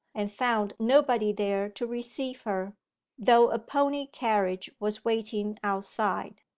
and found nobody there to receive her though a pony-carriage was waiting outside.